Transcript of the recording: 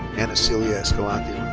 ana cecilia escalante